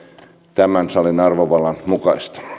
tämän salin arvovallan mukaista